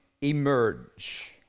emerge